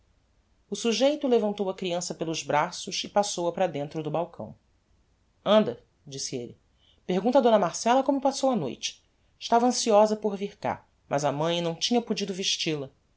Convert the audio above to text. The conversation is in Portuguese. o sujeito levantou a criança pelos braços e passou a para dentro do balcão anda disse elle pergunta a d marcella como passou a noite estava anciosa por vir cá mas a mãe não tinha podido vestil a